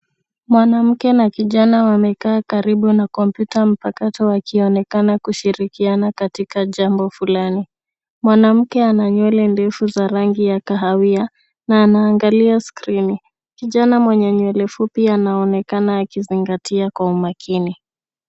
Mwanamke na kijana wamekaa karibu na kompyuta mpakato wakionekana kushirikiana katika jambo fulani. Mwanamke ana nywele ndefu za rangi ya kahawia na anaangalia skrini. Kijana mwenye nywele fupi anaonekana akizingatia kwa umakini.